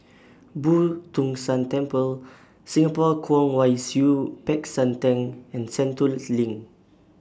Boo Tong San Temple Singapore Kwong Wai Siew Peck San Theng and Sentul's LINK